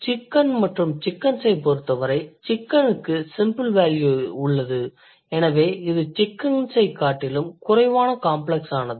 chicken மற்றும் chickensஐப் பொறுத்தவரை chickenக்கு சிம்பிளர் வேல்யூ உள்ளது எனவே இது chickensஐக் காட்டிலும் குறைவான காம்ப்ளக்ஸானது